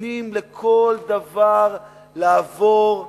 נותנים לכל דבר לעבור.